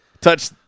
touch